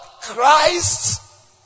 Christ